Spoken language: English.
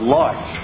life